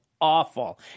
awful